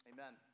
Amen